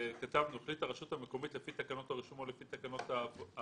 כתבנו "החליטה הרשות המקומית לפי תקנות הרישום או לפי תקנות העברה".